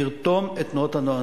לרתום את תנועות הנוער.